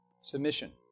Submission